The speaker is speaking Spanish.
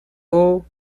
símbolo